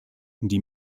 die